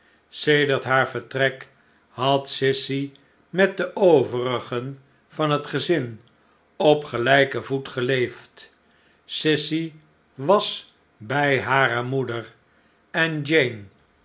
sedert haar vertrek had sissy met de overigen van het gezin op gelijken voet geleefd sissy was by hare moeder en jane